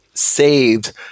saved